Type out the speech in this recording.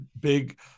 big